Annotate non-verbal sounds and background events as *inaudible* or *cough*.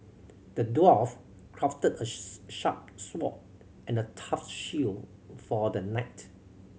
the dwarf crafted a *unintelligible* sharp sword and a tough shield for the knight